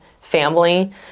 family